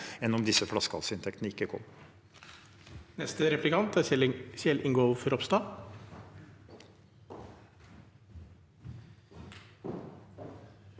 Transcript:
enn om disse flaskehalsinntektene ikke kom.